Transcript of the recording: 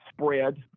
spread